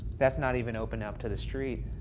that's not even opened up to the street.